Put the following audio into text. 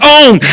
own